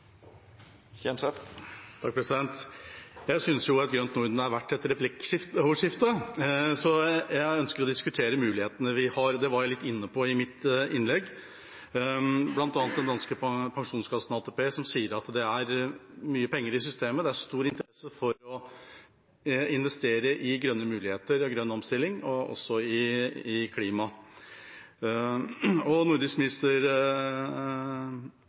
Jeg synes et grønt Norden er verdt et replikkordskifte, så jeg ønsker å diskutere mulighetene vi har. Det var jeg litt inne på i mitt innlegg, bl.a. om den danske pensjonskassen, ATP, som sier at det er mye penger i systemet, det er stor interesse for å investere i grønne muligheter og grønn omstilling og også i klima. Regjeringene og Ministerrådet har jo også, ifølge meldingen, ambisjoner om et nordisk